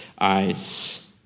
eyes